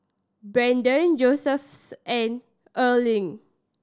Braedon Josephus and Earline